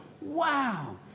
Wow